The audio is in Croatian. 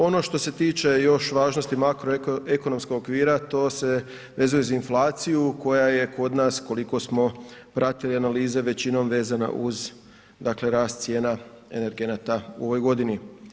Ono što se tiče još važnosti makroekonomskog okvira to se vezuje uz inflaciju koja je kod nas koliko smo pratili analize većinom vezana uz rast cijena energenata u ovoj godini.